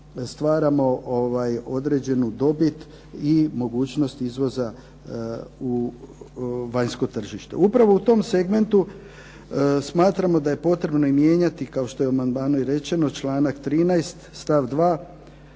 stvaramo određenu dobit i mogućnost izvoza u vanjsko tržište. Upravo u tom segmentu smatramo da je potrebno i mijenjati, kao što je u amandmanu i rečeno članak 13. stav 2.